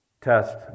test